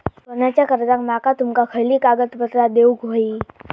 सोन्याच्या कर्जाक माका तुमका खयली कागदपत्रा देऊक व्हयी?